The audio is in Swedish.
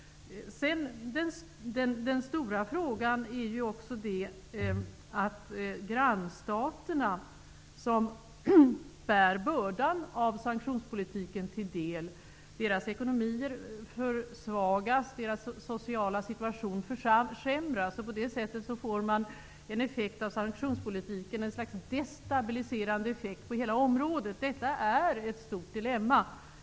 Den stora frågan är att grannstaternas -- grannstaterna får ju till en del bära bördan av sanktionspolitiken -- ekonomier försvagas, samtidigt som deras sociala situation försämras. På det sättet ger sanktionspolitiken ett slags destabiliserande effekt i hela området. Detta är ett stort dilemma.